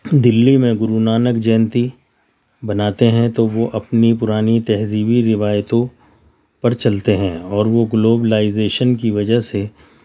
دلی میں گرونانک جینتی مناتے ہیں تو وہ اپنی پرانی تہذیبی روایتوں پر چلتے ہیں اور وہ گوبلائزیشن کی وجہ سے